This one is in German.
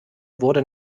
wurde